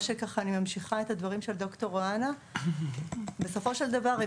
אני ממשיכה את הדברים של ד"ר אואנה בסופו של דבר הם